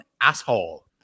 asshole